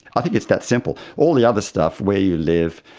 i think it's that simple. all the other stuff where you live,